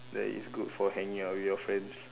that is good for hanging out with your friends